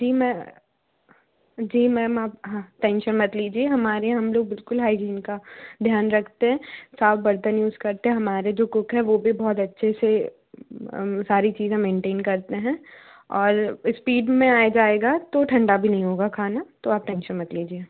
जी ma'am जी ma'am आप हाँ टेंशन मत लीजिए हमारे हम लोग बिल्कुल हाइजीन का ध्यान रखते हैं साफ़ बर्तन यूज़ करते हमारे जो कुक हैं वो भी बहुत अच्छे से सारी चीज़ हम मेंटेन करते हैं और इस्पीड में आ जाएगा तो ठंडा भी नहीं होगा खाना तो आप टेंशन मत लीजिए